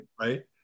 Right